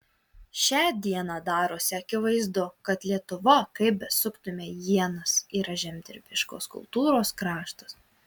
šią dieną darosi akivaizdu kad lietuva kaip besuktumei ienas yra žemdirbiškos kultūros kraštas